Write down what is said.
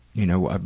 you know, ah